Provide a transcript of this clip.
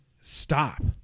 stop